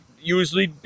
usually